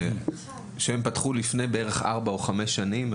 שפתחו לפני ארבע או חמש שנים,